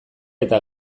eta